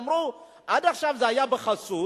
אמרו: עד עכשיו זה היה בשקט,